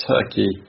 Turkey